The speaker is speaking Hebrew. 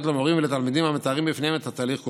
למורים ולתלמידים המתארים בפניהם את התהליך כולו.